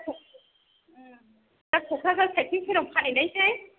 दा क'क्राझार साइदथिं सेराव फानहैनोसै